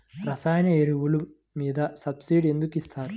రసాయన ఎరువులు మీద సబ్సిడీ ఎందుకు ఇస్తారు?